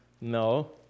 no